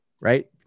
right